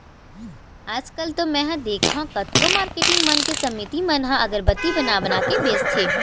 आजकल तो मेंहा देखथँव कतको मारकेटिंग मन के समिति मन ह अगरबत्ती बना बना के बेंचथे